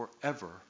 forever